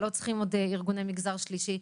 לא צריכים עוד ארגוני מגזר שלישי.